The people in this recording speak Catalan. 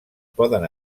poden